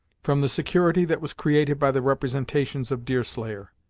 from the security that was created by the representations of deerslayer.